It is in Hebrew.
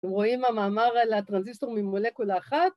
‫אתם רואים המאמר ‫על הטרנזיסטור ממולקולה אחת?